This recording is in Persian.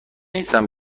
نیستم